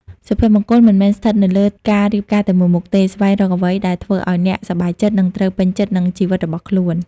សុភមង្គលមិនមែនស្ថិតនៅលើការរៀបការតែមួយមុខទេ ស្វែងរកអ្វីដែលធ្វើឲ្យអ្នកសប្បាយចិត្ត និងត្រូវពេញចិត្តនឹងជីវិតរបស់ខ្លួន ។